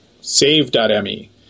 save.me